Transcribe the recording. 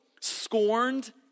scorned